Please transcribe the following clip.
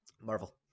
Marvel